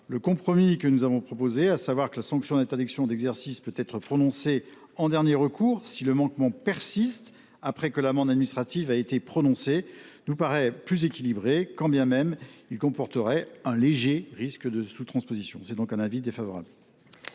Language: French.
la commission spéciale, à savoir que la sanction d’interdiction d’exercice peut être prononcée en dernier recours, si le manquement persiste après que l’amende administrative a été prononcée, paraît plus équilibré, quand bien même il comporterait un léger risque de sous transposition. C’est la raison